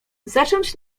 zacząć